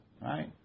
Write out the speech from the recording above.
Right